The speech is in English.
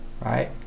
right